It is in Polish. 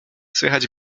słychać